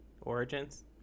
Origins